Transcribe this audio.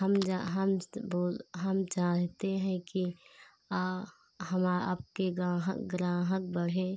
हम जा हम बोल हम चाहते हैं कि हम आपके गाहक ग्राहक बढ़े